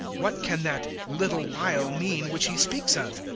what can that little while mean which he speaks of?